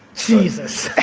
jesus.